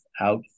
out